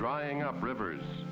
drying up rivers